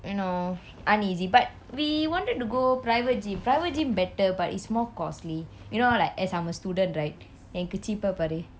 you know uneasy but we wanted to go private gym private gym better but it's more costly you know like as I'm a student right எனக்கு:ennaku cheaper பாரு:paaru